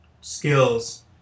skills